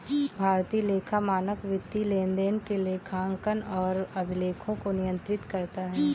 भारतीय लेखा मानक वित्तीय लेनदेन के लेखांकन और अभिलेखों को नियंत्रित करता है